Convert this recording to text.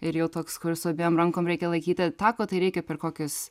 ir jau toks kur su abiem rankom reikia laikyti tako tai reikia per kokius